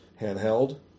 handheld